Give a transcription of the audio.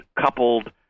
coupled